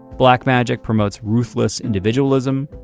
black magic promotes ruthless individualism.